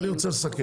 אני רוצה לסכם,